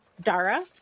Dara